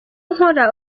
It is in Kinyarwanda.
nkora